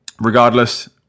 regardless